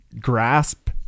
grasp